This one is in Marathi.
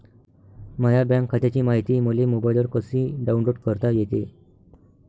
माह्या बँक खात्याची मायती मले मोबाईलवर कसी डाऊनलोड करता येते?